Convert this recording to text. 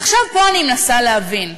עכשיו, פה אני מנסה להבין,